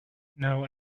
know